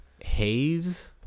Haze